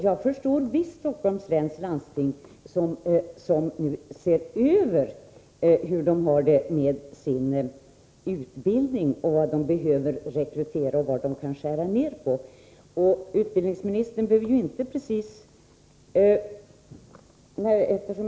Jag förstår visst Stockholms läns landsting, som nu ser över sin utbildning, rekryteringsbehoven och vad man kan skära ner på.